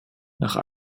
nach